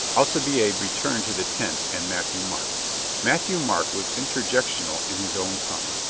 alci biade returned to the tent and matthieu-marc. mat thieu-marc was interjectional in his own tongue.